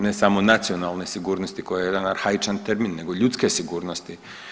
Ne samo nacionalne sigurnosti koja je jedan arhaičan termin, nego ljudske sigurnosti.